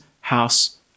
house